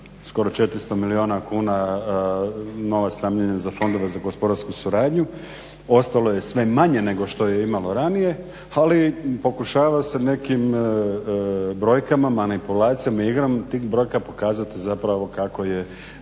skoro 400 milijuna kuna novac namijenjen za fondove za gospodarsku suradnju. Ostalo je sve manje nego što je imalo ranije, ali pokušava se nekim brojkama, manipulacijama i igrama tih brojka pokazati zapravo kako je